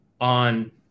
on